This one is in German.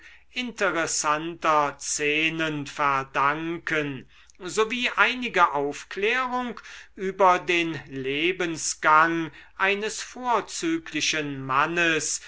interessanter szenen verdanken sowie einige aufklärung über den lebensgang eines vorzüglichen mannes